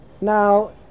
Now